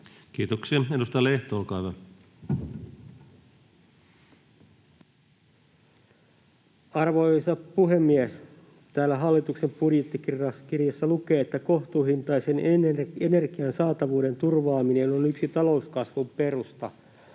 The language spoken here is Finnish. Time: 18:00 Content: Arvoisa puhemies! Täällä hallituksen budjettikirjassa lukee, että kohtuuhintaisen energian saatavuuden turvaaminen on yksi talouskasvun perusta.